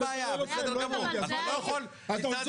אנחנו חותמת